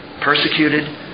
Persecuted